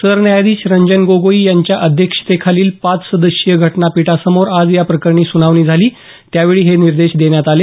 सरन्यायाधीश रंजन गोगोई यांच्या अध्यक्षतेखालील पाच सदस्यीय घटनापीठासमोर आज या प्रकरणी सुनावणी झाली त्यावेळी हे निर्देश देण्यात आले